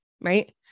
Right